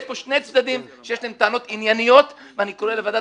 יש פה שני צדדים שיש להם טענות ענייניות ואני קורא לוועדת